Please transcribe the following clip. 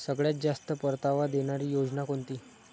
सगळ्यात जास्त परतावा देणारी योजना कोणती?